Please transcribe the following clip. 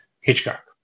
Hitchcock